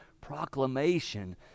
proclamation